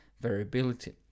variability